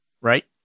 Right